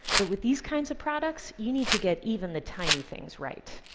but with these kinds of products, you need to get even the tiny things right.